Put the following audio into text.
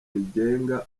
rigenga